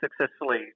successfully